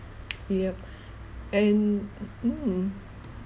yup and mm